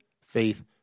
faith